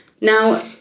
Now